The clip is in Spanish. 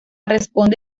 responde